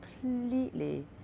completely